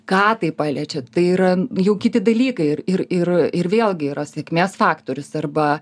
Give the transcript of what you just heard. ką tai paliečia tai yra jau kiti dalykai ir ir ir ir vėlgi yra sėkmės faktorius arba